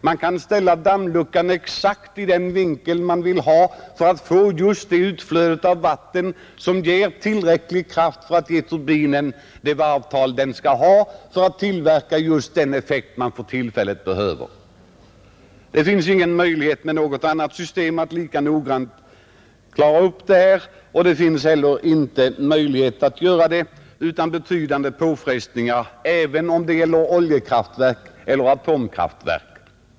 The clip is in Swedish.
Man kan ställa dammluckan exakt i den vinkel man vill ha för att få just det utflöde av vatten som erfordras för att ge turbinen det varvtal den skall ha för att tillverka den effekt man för tillfället behöver. Det finns inte möjlighet att med något annat system göra det här lika noggrant, och det finns heller inte möjlighet att göra det utan betydande påfrestningar, även om det gäller oljekraftverk eller atomkraftverk.